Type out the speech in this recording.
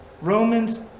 Romans